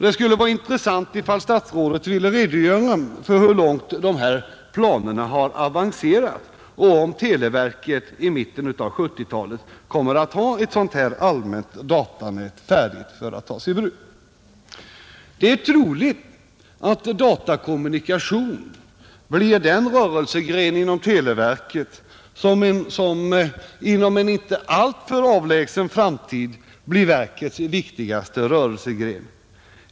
Det skulle vara intressant om statsrådet ville redogöra för hur långt dessa planer har avancerat och om televerket i mitten av 1970-talet kommer att ha ett sådant allmänt datanät färdigt att tas i bruk. Det är troligt att datakommunikation inom en inte alltför avlägsen framtid blir televerkets viktigaste rörelsegren.